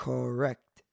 Correct